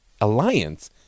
alliance